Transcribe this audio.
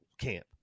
camp